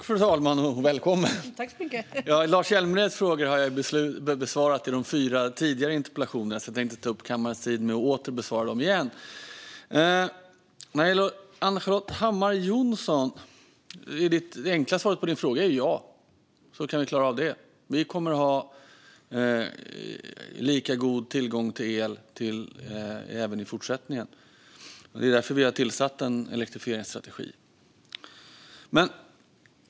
Fru talman! Lars Hjälmereds frågor har jag besvarat i de fyra tidigare interpellationsdebatterna. Jag tänker inte ta upp kammarens tid med att besvara dem igen. När det gäller Ann-Charlotte Hammar Johnssons fråga är det enkla svaret på din fråga ja, det kan vi klara av. Vi kommer att ha lika god tillgång till el även i fortsättningen. Det är därför vi har en elektrifieringsstrategi.